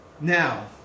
Now